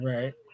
Right